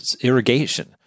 irrigation